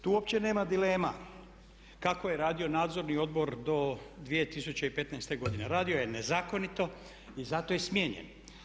Tu uopće nema dilema kako je radio nadzorni odbor do 20015.godine, radio je nezakonito i zato je smijenjen.